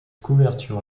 couverture